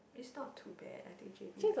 it's not too bad I think j_b like